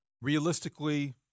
Realistically